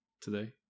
today